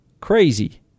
crazy